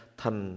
Thành